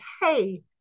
hey